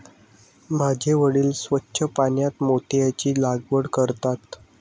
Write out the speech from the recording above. माझे वडील स्वच्छ पाण्यात मोत्यांची लागवड करतात